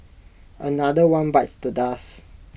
another one bites the dust